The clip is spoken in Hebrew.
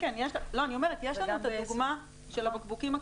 אני אומרת, יש לנו את הדוגמה של הבקבוקים הקטנים.